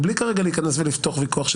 בלי כרגע לפתוח ויכוח,